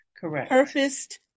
correct